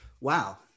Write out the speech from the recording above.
Wow